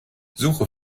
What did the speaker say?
suche